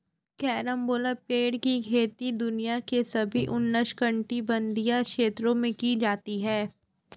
carambola पेड़ की खेती दुनिया के सभी उष्णकटिबंधीय क्षेत्रों में की जाती है